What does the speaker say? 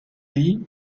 pays